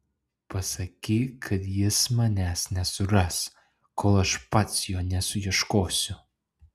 pasakyk kad jis manęs nesuras kol aš pats jo nesuieškosiu